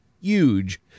huge